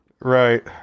Right